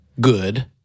good